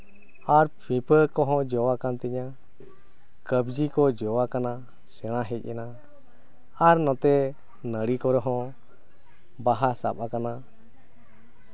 ᱟᱨ ᱯᱤᱯᱟᱹ ᱠᱚᱦᱚᱸ ᱡᱚ ᱟᱠᱟᱱ ᱛᱤᱧᱟᱹ ᱠᱟᱵᱽᱡᱤ ᱠᱚ ᱡᱚ ᱟᱠᱟᱱᱟ ᱥᱮᱬᱟ ᱦᱮᱡ ᱮᱱᱟ ᱟᱨ ᱱᱚᱛᱮ ᱱᱟᱹᱲᱤ ᱠᱚᱨᱮᱦᱚᱸ ᱵᱟᱦᱟ ᱥᱟᱵ ᱟᱠᱟᱱᱟ